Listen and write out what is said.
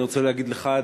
אני רוצה להגיד לך,